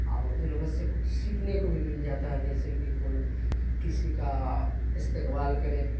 او اردو لفظ سے کچھ سیکھنے کو بھی مل جاتا ہے جیسے کہ کوئی کسی کا استقبال کرے